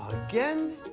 again?